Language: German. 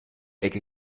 ecke